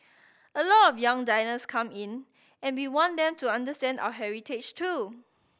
a lot of young diners come in and we want them to understand our heritage too